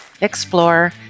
explore